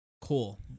Cool